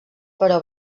però